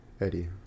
Eddie